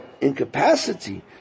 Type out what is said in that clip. incapacity